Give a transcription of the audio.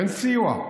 אין סיוע.